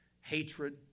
hatred